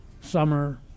summer